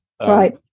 Right